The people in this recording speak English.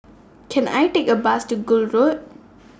Can I Take A Bus to Gul Road